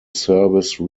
service